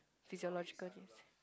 physiological need